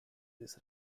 this